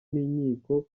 n’inkiko